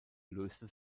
löste